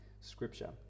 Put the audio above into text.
Scripture